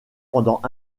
pendant